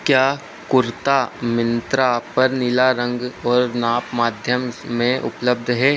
क्या कुर्ता मिंत्रा पर नीला रंग और नाप माध्यम में उपलब्ध है